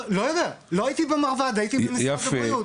לא יודע, לא הייתי במרב"ד, הייתי במשרד הבריאות.